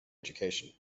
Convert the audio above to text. education